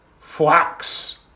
Flax